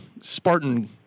Spartan